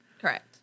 Correct